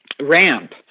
ramp